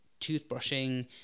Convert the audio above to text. toothbrushing